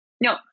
No